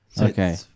Okay